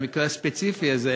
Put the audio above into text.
במקרה הספציפי הזה,